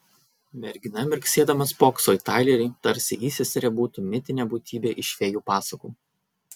mergina mirksėdama spokso į tailerį tarsi įseserė būtų mitinė būtybė iš fėjų pasakų